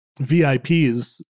VIPs